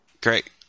Great